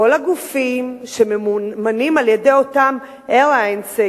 כל הגופים שממומנים על-ידי אותם aliens?